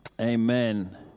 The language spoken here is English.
Amen